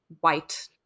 white